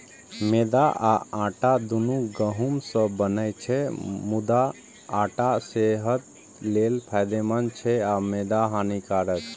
मैदा आ आटा, दुनू गहूम सं बनै छै, मुदा आटा सेहत लेल फायदेमंद छै आ मैदा हानिकारक